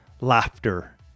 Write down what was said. laughter